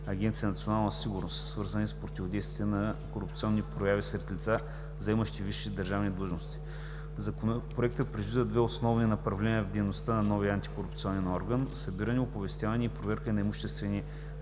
агенция „Национална сигурност“, свързана с противодействие на корупционни прояви сред лицата, заемащи висши държавни длъжности. Законопроектът предвижда две основни направления в дейността на новия антикорупционен орган – събиране, оповестяване и проверка на имуществените